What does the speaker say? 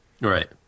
right